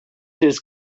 his